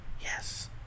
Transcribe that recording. Yes